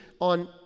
on